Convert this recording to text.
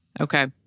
Okay